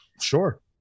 sure